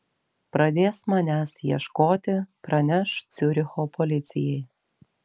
pradės manęs ieškoti praneš ciuricho policijai